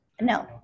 No